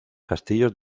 castillos